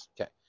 Okay